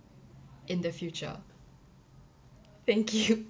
in the future thank you